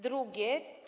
Drugie.